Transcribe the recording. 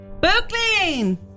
Brooklyn